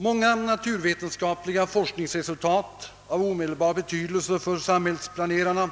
Många <naturvetenskapliga forskningsresultat av omedelbar betydelse för samhällsplanerarna